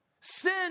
Sin